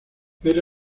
era